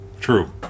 True